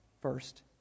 first